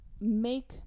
make